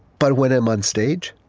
but when i'm on stage,